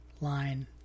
line